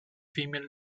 female